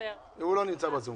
הוא לא נמצא בזום.